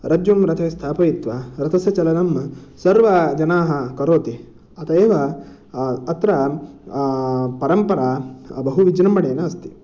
रज्जुं रथे स्थापयित्वा रथस्य चलनं सर्वजनाः करोति अत एव अत्र परम्परा बहु विजृम्भणेन अस्ति